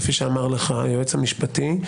כפי שאמר לך היועץ המשפטי,